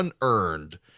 unearned